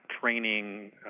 training